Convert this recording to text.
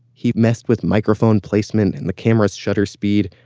he messed with microphone placement and the camera's shutter speed,